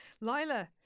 Lila